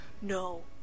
No